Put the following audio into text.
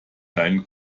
deinen